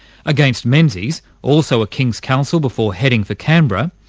against menzies, also a king's counsel before heading for canberra,